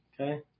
Okay